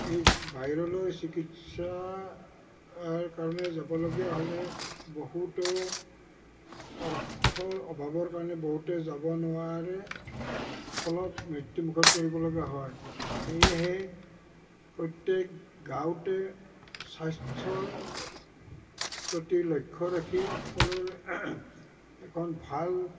এই বাহিৰলৈ চিকিৎসাৰ কাৰণে যাবলগীয়া হ'লে বহুতো অৰ্থৰ অভাৱৰ কাৰণে বহুতোৱে যাব নোৱাৰে ফলত মৃত্যুমুখত পৰিবলগীয়া হয় সেয়েহে প্ৰত্যেক গাঁৱতে স্বাস্থ্যৰ প্ৰতি লক্ষ্য ৰাখি সকলো এখন ভাল